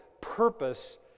purpose